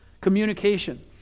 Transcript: communication